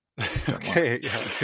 Okay